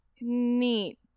neat